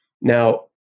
Now